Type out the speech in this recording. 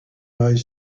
eyes